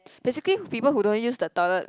basically people who don't use the toilet